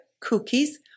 cookies